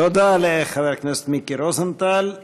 תודה לחבר הכנסת מיקי רוזנטל.